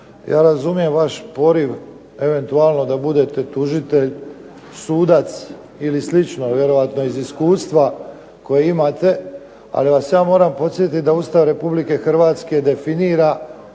ja razumijem vaš poriv eventualno da budete tužitelj, sudac ili slično, vjerojatno iz iskustva koji imate, ali ja vas moram podsjetiti da Ustava Republike Hrvatske definira